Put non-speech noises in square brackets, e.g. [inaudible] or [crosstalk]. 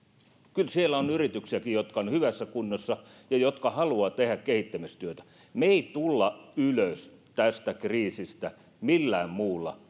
kyllä siellä on yrityksiäkin jotka ovat hyvässä kunnossa ja jotka haluavat tehdä kehittämistyötä me emme tule ylös tästä kriisistä millään muulla [unintelligible]